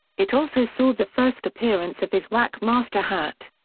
it also saw the first appearance of his whackmaster hat.